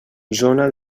zona